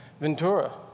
Ventura